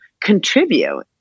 contribute